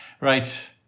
Right